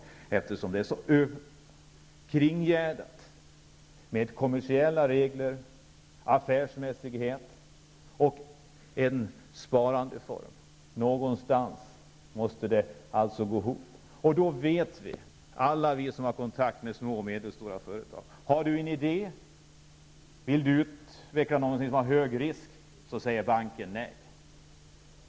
Detta är nämligen så kringgärdat av kommersiella regler, affärsmässighet och en sparandeform. Någonstans måste det gå ihop, och alla vi som har kontakter med små och medelstora företag vet att banken säger nej om du har en idé och vill utveckla något som innebär en stor risk.